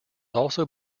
also